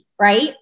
right